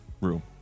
room